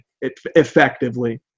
effectively